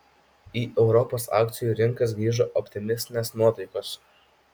į europos akcijų rinkas grįžo optimistinės nuotaikos